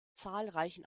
zahlreichen